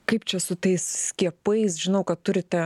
kaip čia su tais skiepais žinau kad turite